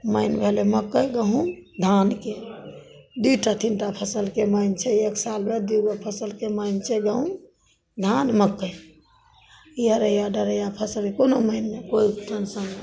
नाम रहलै मकइ गहूॅंम नवम धानके दूटा तीन टा फसलके नाम छै एक साल बाद दू गो फसलके नाम छै बहुत धान मकइ इएह बला फसल कोनो लाइन नहि कोनो टेंसन नहि